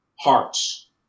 hearts